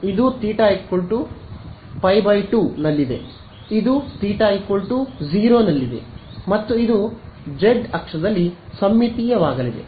ಆದ್ದರಿಂದ ಇದು θ π 2 ನಲ್ಲಿದೆ ಇದು θ 0 ಲ್ಲಿದೆ ಮತ್ತು ಇದು ಜೆಡ್ ಅಕ್ಷದಲ್ಲಿ ಸಮ್ಮಿತೀಯವಾಗಲಿದೆ